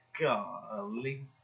Golly